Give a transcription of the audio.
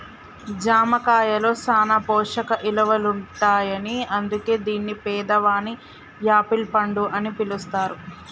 జామ కాయలో సాన పోషక ఇలువలుంటాయని అందుకే దీన్ని పేదవాని యాపిల్ పండు అని పిలుస్తారు